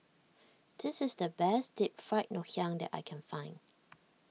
this is the best Deep Fried Ngoh Hiang that I can find